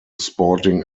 sporting